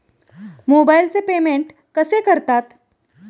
मोबाइलचे पेमेंट कसे करतात?